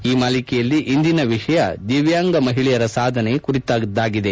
ಈ ಮಾಲಿಕೆಯಲ್ಲಿ ಇಂದಿನ ವಿಷಯ ದಿವ್ಯಾಂಗ ಮಹಿಳೆಯರ ಸಾಧನೆ ಕುರಿತದ್ದಾಗಿದೆ